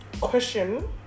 Question